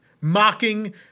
Mocking